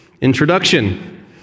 introduction